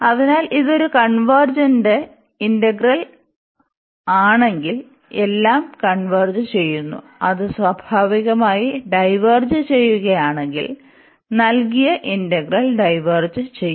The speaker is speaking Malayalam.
അതിനാൽ ഇത് ഒരു കൺവെർജെന്റ ഇന്റഗ്രൽ ആണെങ്കിൽ എല്ലാം കൺവെർജ്ചെയ്യന്നു അത് സ്വാഭാവികമായി ഡൈവേർജ് ചെയ്യുകയാണെങ്കിൽ നൽകിയ ഇന്റഗ്രൽ ഡൈവേർജ് ചെയ്യുo